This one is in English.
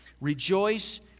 Rejoice